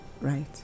right